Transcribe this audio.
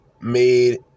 made